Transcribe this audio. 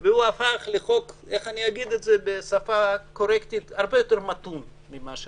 והוא הפך להיות מתון הרבה יותר מכפי שהובא,